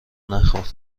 نخور